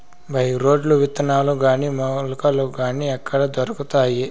By రోడ్లు విత్తనాలు గాని మొలకలు గాని ఎక్కడ దొరుకుతాయి?